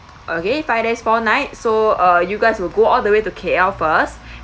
okay five days four nights so uh you guys will go all the way to K_L first